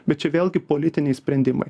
bet čia vėlgi politiniai sprendimai